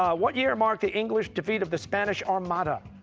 what year marked the english defeat of the spanish armada?